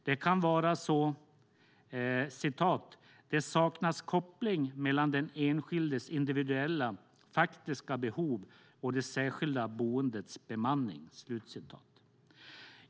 Det kan vara så - "det saknas koppling mellan den enskildes individuella faktiska behov och det särskilda boendets bemanning".